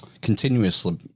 continuously